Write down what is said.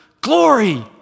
Glory